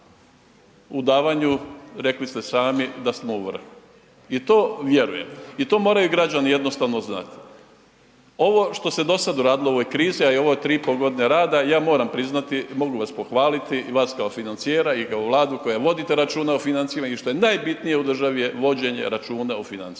u davanju, rekli smo sami da smo u vrhu i to vjerujem i to moraju građani jednostavno znati. Ovo što se dosad uradilo u ovoj krizi, a ove 3,5.g. rada ja moram priznati, mogu vas pohvaliti i vas kao financijera i kao Vladu koja vodite računa o financijama i što je najbitnije u državi je vođenje računa o financijama.